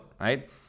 right